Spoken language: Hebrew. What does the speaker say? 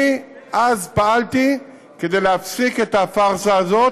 אני אז פעלתי כדי להפסיק את הפארסה הזאת